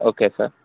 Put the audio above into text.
okay sir